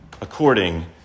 according